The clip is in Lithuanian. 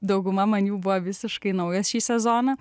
dauguma man jų buvo visiškai naujos šį sezoną